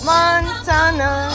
Montana